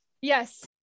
yes